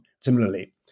Similarly